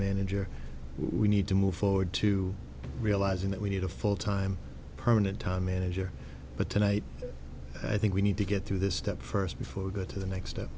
manager we need to move forward to realizing that we need a full time permanent time manager but tonight i think we need to get through this step first before we go to the next step